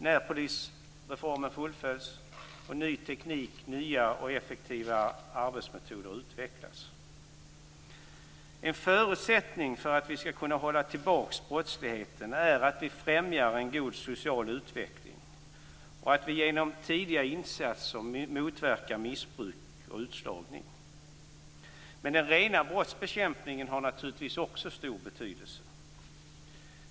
Närpolisreformen fullföljs och ny teknik och nya effektiva arbetsmetoder utvecklas. En förutsättning för att vi skall kunna hålla tillbaka brottsligheten är att vi främjar en god social utveckling och att vi genom tidiga insatser motverkar missbruk och utslagning. Men den rena brottsbekämpningen har naturligtvis också stor betydelse.